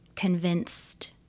convinced